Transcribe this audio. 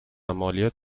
مالیات